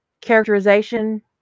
characterization